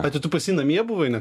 bet tai tu pas jį namie buvai ne